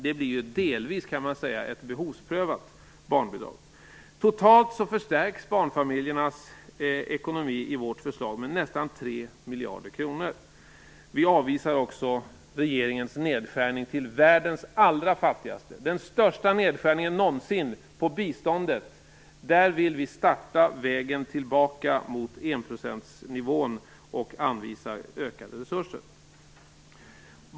Det blir delvis kan man säga ett behovsprövat barnbidrag. Totalt förstärks barnfamiljernas ekonomi i vårt förslag med nästan 3 miljarder kronor. Vi avvisar också regeringens nedskärning till världens allra fattigaste, den största nedskärningen någonsin på biståndets område. Vi vill starta vägen tillbaka mot enprocentnivån och anvisar ökade resurser.